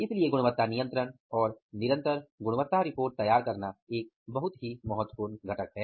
इसलिए गुणवत्ता नियंत्रण और निरंतर गुणवत्ता रिपोर्ट तैयार करना एक बहुत ही महत्वपूर्ण घटक है